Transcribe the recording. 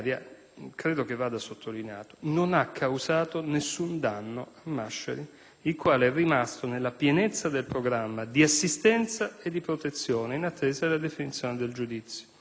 credo vada sottolineato - non ha causato nessun danno a Masciari, il quale è rimasto nella pienezza del programma di assistenza e protezione, in attesa della definizione del giudizio.